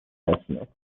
اسمت